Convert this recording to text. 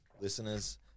listeners